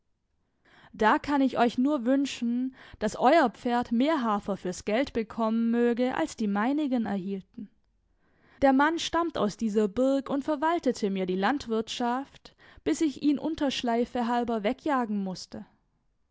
da kann ich euch nur wünschen daß euer pferd mehr hafer fürs geld bekommen möge als die meinigen erhielten der mann stammt aus dieser burg und verwaltete mir die landwirtschaft bis ich ihn unterschleife halber wegjagen mußte